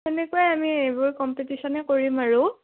তেনেকৈ আমি এইবোৰ কম্পিটিশ্যনে কৰিম আৰু